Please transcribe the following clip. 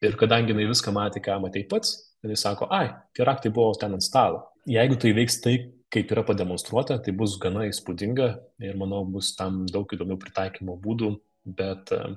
ir kadangi jinai viską matė ką matei pats jinai sako ai tie raktai buvo ten ant stalo jeigu tai veiks taip kaip yra pademonstruota tai bus gana įspūdinga ir manau bus tam daug įdomių pritaikymo būdų bet